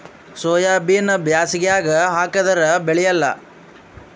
ಸೋಯಾಬಿನ ಬ್ಯಾಸಗ್ಯಾಗ ಹಾಕದರ ಬೆಳಿಯಲ್ಲಾ?